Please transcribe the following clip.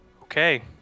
Okay